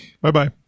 Bye-bye